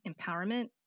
empowerment